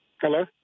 Hello